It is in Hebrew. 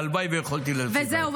הלוואי שיכולתי --- וזהו.